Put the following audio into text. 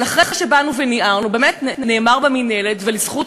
אבל אחרי שבאנו וניערנו, נאמר במינהלת, ולזכות